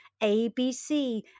ABC